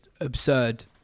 absurd